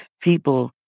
people